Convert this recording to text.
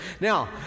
Now